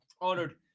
honored